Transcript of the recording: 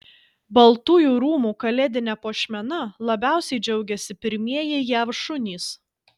baltųjų rūmų kalėdine puošmena labiausiai džiaugiasi pirmieji jav šunys